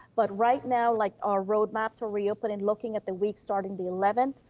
but right now, like our roadmap to reopen in looking at the week, starting the eleventh,